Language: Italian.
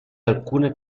alcune